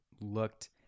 looked